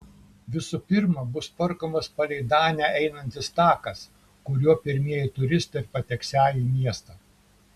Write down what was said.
visų pirma bus tvarkomas palei danę einantis takas kuriuo pirmieji turistai ir pateksią į miestą